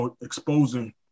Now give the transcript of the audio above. exposing